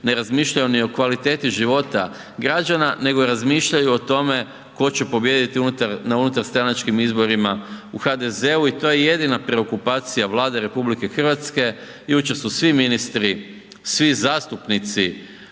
ne razmišljaju ni o kvaliteti života građana nego razmišljaju o tome tko će pobijediti na unutarstranačkim izborima u HDZ-u i to je jedina preokupacija Vlade RH. Jučer su svi ministri, svi zastupnici